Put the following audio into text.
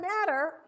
matter